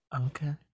okay